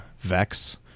Vex